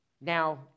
now